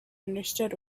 understood